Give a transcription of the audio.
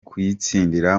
kuyitsindira